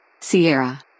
Sierra